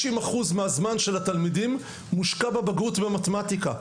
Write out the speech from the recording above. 60% מהזמן של התלמידים מושקע בבגרות במתמטיקה.